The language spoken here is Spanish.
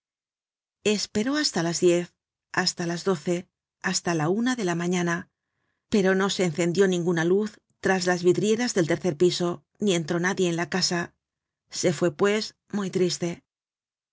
esperó hasta las diez hasta las doce hasta la una de la mañana pero no se encendió ninguna luz tras de las vidrieras del tercer piso ni entró nadie en la casa se fué pues muy triste